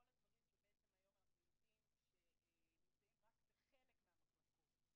הדברים שבעצם היום אנחנו יודעים שנמצאים רק בחלק מן המחלקות.